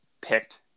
picked